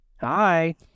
Hi